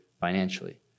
financially